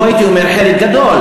לא הייתי אומר "חלק גדול".